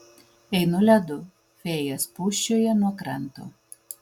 einu ledu vėjas pūsčioja nuo kranto